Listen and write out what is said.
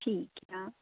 ਠੀਕ ਆ